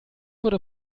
wurde